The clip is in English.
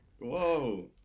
Whoa